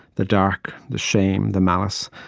the dark, the shame, the malice.